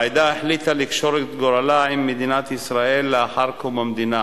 העדה החליטה לקשור את גורלה בגורל מדינת ישראל לאחר קום המדינה.